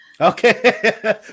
Okay